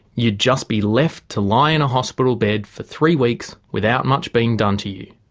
you'd just be left to lie in a hospital bed for three weeks without much being done to you.